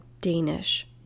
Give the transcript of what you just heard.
Danish